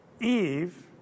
Eve